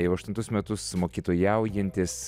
jau aštuntus metus mokytojaujantis